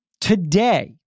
Today